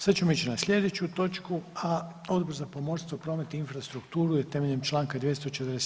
Sad ćemo ići na slijedeću točku, a Odbor za pomorstvo, promet i infrastrukturu je temeljem Članka 247.